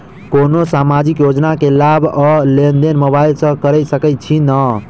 कोनो सामाजिक योजना केँ लाभ आ लेनदेन मोबाइल सँ कैर सकै छिःना?